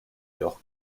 york